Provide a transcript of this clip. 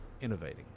innovating